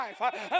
life